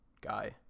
Guy